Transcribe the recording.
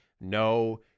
no